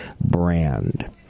brand